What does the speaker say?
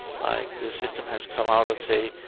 like the system has come out and say,